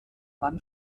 mann